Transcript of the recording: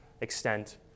extent